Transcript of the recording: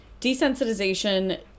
Desensitization